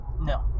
No